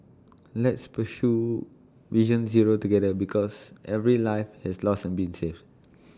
let's pursue vision zero together because every life has lost and been saved